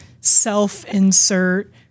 self-insert